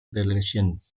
relations